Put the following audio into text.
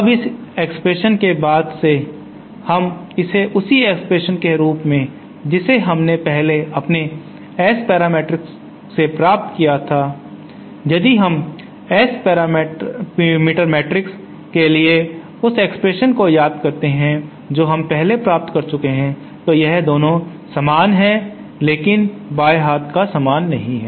अब इस एक्सप्रेशन के बाद से हम इसे उसी एक्सप्रेशन के रूप में जिसे हमने पहले अपने S पैरामीटर मैट्रिक्स से प्राप्त किया था यदि हम S पैरामीटर मैट्रिक्स के लिए उस एक्सप्रेशन को याद करते हैं जो हम पहले प्राप्त कर चुके हैं तो यह दोनों समान है लेकिन बाए हाथ का समान नहीं है